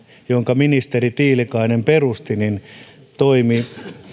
jonka ministeri tiilikainen perusti puheenjohtajana toimi